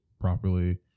properly